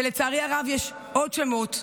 ולצערי הרב יש עוד שמות,